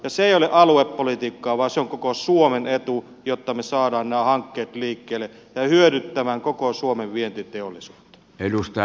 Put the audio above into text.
se ei ole aluepolitiikkaa vaan se on koko suomen etu jotta me saamme nämä hankkeet liikkeelle ja hyödyttämään koko suomen vientiteollisuutta